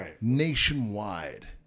nationwide